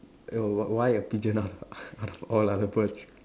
eh wh~ why a pigeon out of out of all other birds